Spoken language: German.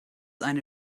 eine